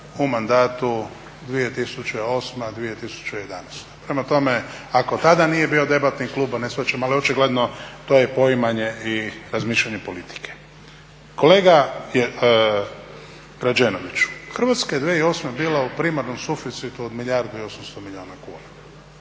u mandatu 2008.-2011. Prema tome, ako tada nije bio debatni klub, a neshvaćano, ali očigledno to je poimanje i razmišljanje politike. Kolega Rađenoviću, Hrvatska je 2008.bila u primarnom suficitu od milijardu i 800 milijuna kuna